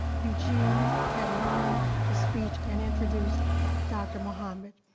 eugene had learned the speech and introduced dr. mohammed.